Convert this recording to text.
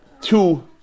two